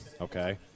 okay